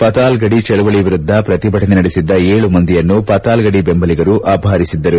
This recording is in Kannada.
ಪತಾಲ್ಗಡಿ ಚಳವಳಿ ವಿರುದ್ದ ಪ್ರತಿಭಟನೆ ನಡೆಸಿದ್ದ ಏಳು ಮಂದಿಯನ್ನು ಪತಾಲ್ಗಡಿ ಬೆಂಬಲಿಗರು ಅಪಹರಿಸಿದ್ದರು